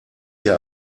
hier